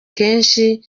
kenshi